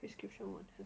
prescription